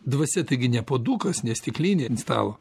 dvasia taigi ne puodukas ne stiklinė ant stalo